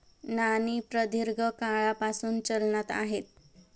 नाणी प्रदीर्घ काळापासून चलनात आहेत